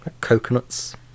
Coconuts